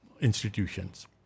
institutions